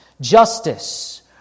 Justice